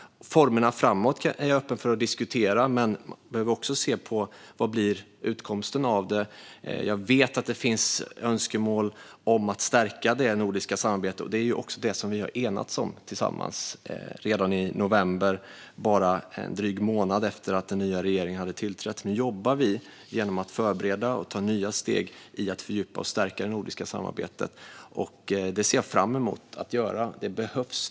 Formerna för framtiden är jag öppen för att diskutera, men vi behöver också se vad som blir utkomsten av det. Jag vet att det finns önskemål om att stärka det nordiska samarbetet. Det är också detta som vi har enats om tillsammans redan i november, bara en dryg månad efter att den nya regeringen tillträtt. Nu jobbar vi genom att förbereda och ta nya steg i att fördjupa och stärka det nordiska samarbetet. Jag ser fram emot att göra detta. Det behövs.